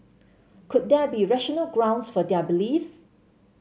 could there be rational grounds for their beliefs